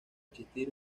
existir